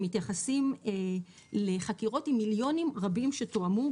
הם מתייחסים לחקירות עם מיליונים רבים שתואמו,